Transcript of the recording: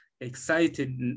excited